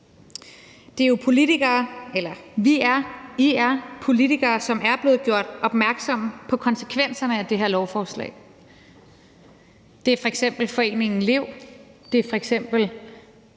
Vi er jo politikere, som er blevet gjort opmærksom på konsekvenserne af det her lovforslag. Det er f.eks. foreningen Lev